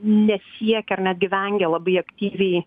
nesiekia ar netgi vengia labai aktyviai